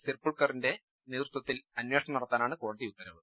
സിർപുൾക്കറിന്റെ നേതൃത്വത്തിൽ അന്വേഷണം നടത്താനാണ് കോടതി ഉത്തരവ്